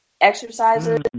exercises